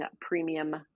premium